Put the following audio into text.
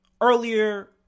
earlier